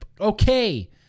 Okay